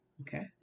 okay